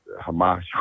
Hamas